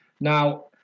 Now